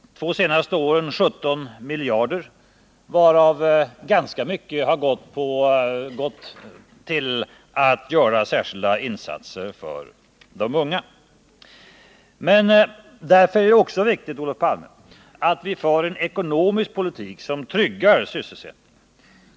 De två senaste budgetåren har det satsats 17 miljarder kronor, varav ganska mycket har gått till särskilda insatser för de unga. Men därför är det också, Olof Palme, viktigt att vi för en ekonomisk politik som tryggar sysselsättningen.